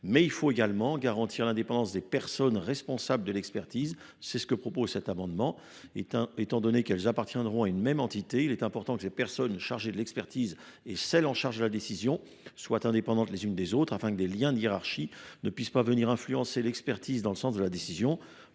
Mais il faut également garantir l’indépendance des personnes responsables de l’expertise, c’est ce que nous proposons de faire au travers de cet amendement. Étant donné qu’elles appartiendront à une même entité, il est important que ces personnes chargées de l’expertise et celles qui sont chargées de la décision soient indépendantes les unes des autres, afin que des liens de hiérarchie ne puissent pas venir influencer l’expertise dans le sens de la décision.